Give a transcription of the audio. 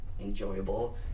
enjoyable